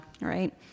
Right